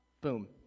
boom